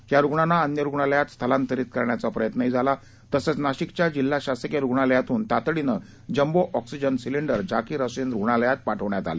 या रुग्णांना अन्य रुग्णालयात स्थलांतरीत करण्याचा प्रयत्नही झाला तसंच नाशिकच्या जिल्हा शासकीय रुग्णालयातून तातडीनं jumbo oxygen cylinder Zakir Hussain रूग्णालयात पाठवण्यात आले